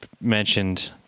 mentioned